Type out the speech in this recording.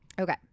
Okay